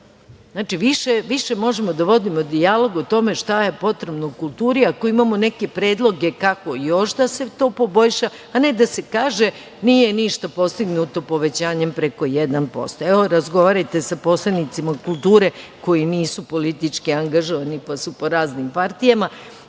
Sadu. Znači, više možemo da vodimo dijalog o tome šta je potrebno u kulturi ako imamo neke predloge kako još da se to poboljša, a ne da se kaže – nije ništa postignuto povećanjem preko 1%.Evo, razgovarajte sa poslanicima kulture koji nisu politički angažovani, pa su po raznim partijama,